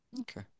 Okay